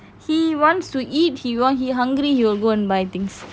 he wants to eat he wa~ he hungry he will go and buy things